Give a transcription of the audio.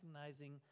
recognizing